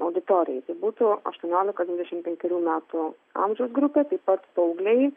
auditorijai tai būtų aštuoniolika dvidešim penkerių metų amžiaus grupė taip pat paaugliai